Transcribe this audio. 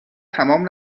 تمام